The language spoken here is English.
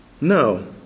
No